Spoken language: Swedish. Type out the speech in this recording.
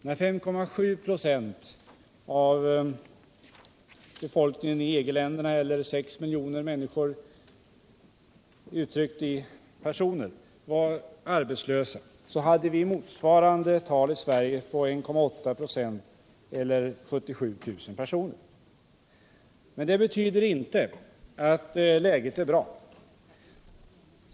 När 5,7 96 av den totala arbetskraften eller 6 miljoner människor inom EG-länderna var arbetslösa i slutet av 1977, var motsvarande tal för Sverige 1,8 96 eller 77 000 personer. Men det betyder inte att läget är bra.